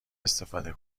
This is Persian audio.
استفاده